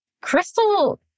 Crystal